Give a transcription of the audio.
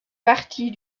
partie